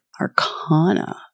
Arcana